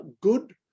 good